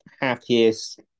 happiest